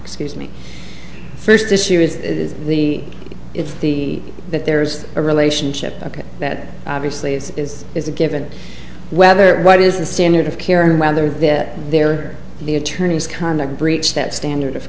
excuse me first issue is the it's the that there's a relationship ok that obviously is is is a given whether what is the standard of care and whether they are the attorney's conduct breach that standard of